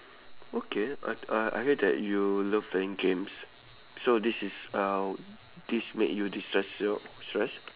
okay I I I heard that you love playing games so this is a this make you destress your stress